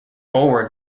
forward